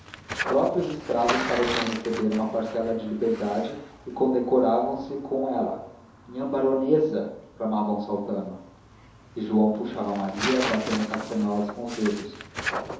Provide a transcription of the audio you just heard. os próprios escravos pareciam receber uma parcela de liberdade e condecoravam se com ela nhã baronesa exclamavam saltando e joão puxava maria batendo castanholas com os dedos